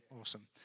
awesome